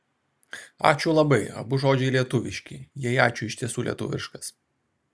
ačiū labai abu žodžiai lietuviški jei ačiū iš tiesų lietuviškas